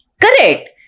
Correct